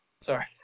Sorry